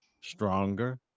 stronger